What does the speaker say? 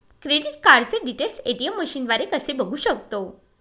Credit कार्डचे details ATM मशीनद्वारे कसे बघू शकतो?